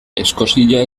eskozia